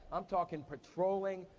i'm talking patrolling,